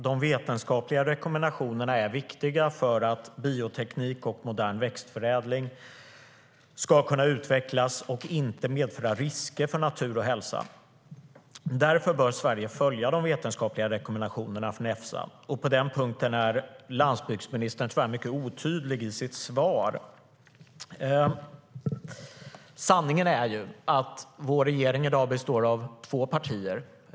De vetenskapliga rekommendationerna är viktiga för att bioteknik och modern växtförädling ska kunna utvecklas och inte medföra risker för natur och hälsa. Därför bör Sverige följa de vetenskapliga rekommendationerna från Efsa. På den punkten är landsbygdsministern tyvärr mycket otydlig i sitt svar. Sanningen är att vår regering i dag består av två partier.